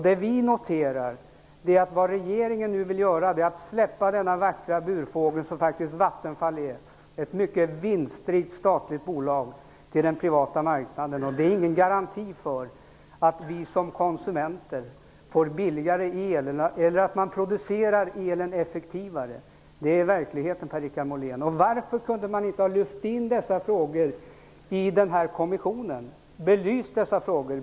Det vi noterar är att regeringen nu vill släppa denna vackra burfågel som Vattenfall faktiskt är, ett mycket vinstrikt statligt bolag, till den privata marknaden. Det är ingen garanti för att vi som konsumenter får billigare el eller att man producerar elen effektivare. Det är verkligheten, Varför kunde man inte ha lyft in och belyst dessa frågor i kommissionen?